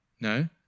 no